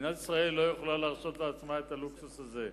מדינת ישראל לא יכולה להרשות לעצמה את הלוקסוס הזה.